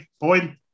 Boyd